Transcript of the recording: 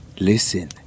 listen